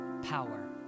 power